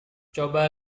coba